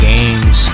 Games